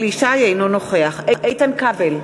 אינו נוכח איתן כבל,